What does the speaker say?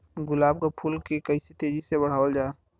गुलाब क फूल के कइसे तेजी से बढ़ावल जा?